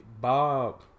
Bob